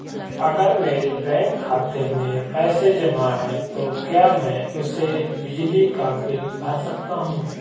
अगर मेरे बैंक खाते में पैसे जमा है तो क्या मैं उसे बिजली का बिल भर सकता हूं?